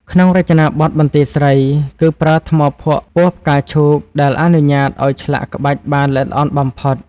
ក្នុងរចនាបថបន្ទាយស្រី គឺប្រើថ្មភក់ពណ៌ផ្កាឈូកដែលអនុញ្ញាតឱ្យឆ្លាក់ក្បាច់បានល្អិតល្អន់បំផុត។